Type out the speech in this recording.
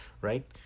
right